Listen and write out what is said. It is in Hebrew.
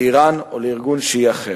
לאירן או לארגון שיעי אחר.